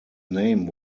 name